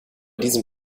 diesem